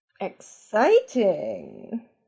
Exciting